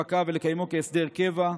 שפקעה, ולקיימו כהסדר קבע.